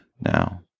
now